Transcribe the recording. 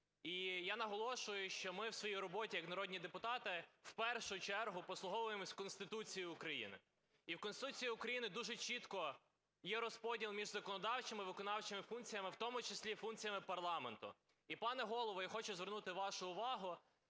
І я наголошую, що ми в своїй роботі як народні депутати в першу чергу послуговуємося Конституцією України. І в Конституції України дуже чіткий є розподіл між законодавчими і виконавчими функціями, в тому числі і функціями парламенту. І, пане Голово, я хочу звернути вашу увагу,